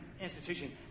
institution